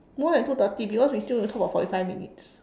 more than two thirty because we still need to talk for forty five minutes